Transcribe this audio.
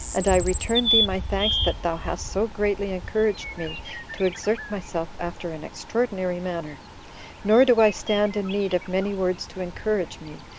and i return thee my thanks that thou hast so greatly encouraged me to exert myself after an extraordinary manner nor do i stand in need of many words to encourage me,